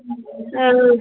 ಹಾಂ